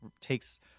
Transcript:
takes